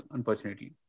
Unfortunately